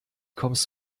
kommst